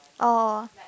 oh